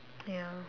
ya